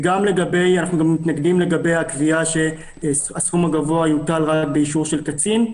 אנחנו גם מתנגדים לגבי הקביעה שהסכום הגבוה יוטל רק באישור של קצין.